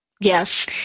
Yes